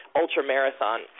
ultra-marathon